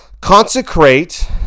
Consecrate